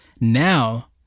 now